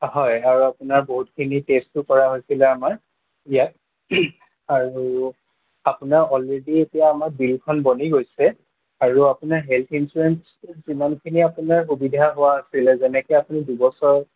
হয় আৰু আপোনাৰ বহুতখিনি টেষ্টো কৰা হৈছিলে আমাৰ ইয়াত আৰু আপোনাৰ অলৰেডি এতিয়া আমাৰ বিলখন বনি গৈছে আৰু আপোনাৰ হেলথ ইঞ্চুৰেঞ্চ সিমানখিনি আপোনাৰ সুবিধা হোৱাৰ আছিলে যেনেকৈ আপুনি দুবছৰ